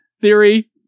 theory